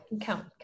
count